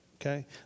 okay